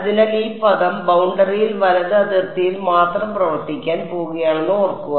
അതിനാൽ ഈ പദം ബൌണ്ടറിയിൽ വലത് അതിർത്തിയിൽ മാത്രം പ്രവർത്തിക്കാൻ പോകുകയാണെന്ന് ഓർക്കുക